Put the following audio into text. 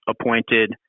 appointed